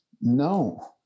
no